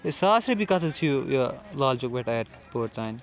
ہے ساس رۄپیہِ کَتھ حٕظ چھُ یہِ لال چوک پیٹھٕ اَیرپوٹ تانۍ